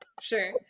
Sure